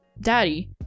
Daddy